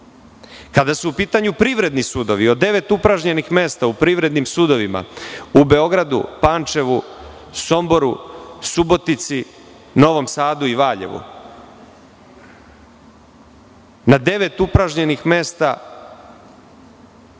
su u pitanju privredni sudovi, od devet upražnjenih mesta u privrednim sudovima u Beogradu, Pančevu, Somboru, Subotici, Novom Sadu i Valjevu, na devet upražnjenih mesta